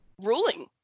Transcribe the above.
ruling